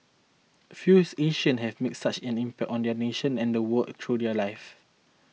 fews Asians have made such an impact on their nations and world through their lives